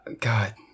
God